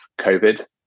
COVID